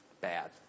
bad